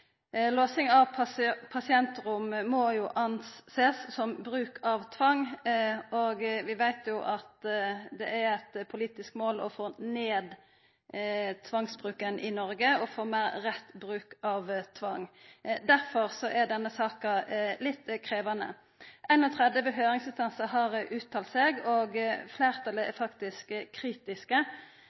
Låsing av pasientrom må ein jo sjå som bruk av tvang, og vi veit at det er eit politisk mål å få ned tvangsbruken i Noreg og få meir rett bruk av tvang. Derfor er denne saka krevjande. 31 høyringsinstansar har uttala seg, og fleirtalet er faktisk kritiske.